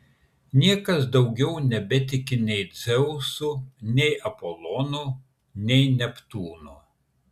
niekas daugiau nebetiki nei dzeusu nei apolonu nei neptūnu